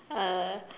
uh